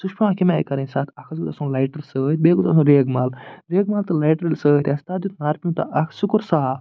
سُہ چھُ پیٚوان کَمہِ آیہِ کرٕنۍ صاف اکھ حظ گوٚژھ آسُن لایٹر سۭتۍ بیٚیہِ گوٚژھ آسُن ریگمال ریگمال تہٕ لایٹر ییٚلہِ سۭتۍ آسہِ تَتھ دیٛت اکھ سُہ کوٚر صاف